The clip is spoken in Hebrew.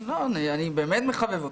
אני באמת מחבב אותך.